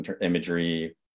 imagery